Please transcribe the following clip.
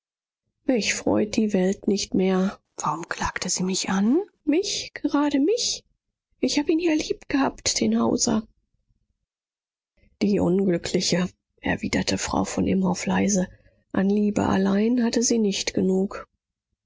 mich freut die welt nicht mehr warum klagte sie mich an mich gerade mich ich hab ihn ja liebgehabt den hauser die unglückliche erwiderte frau von imhoff leise an liebe allein hatte sie nicht genug